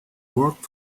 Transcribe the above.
work